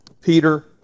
Peter